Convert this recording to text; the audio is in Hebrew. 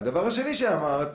הדבר השני שאמרת,